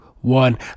one